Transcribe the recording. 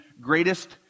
greatest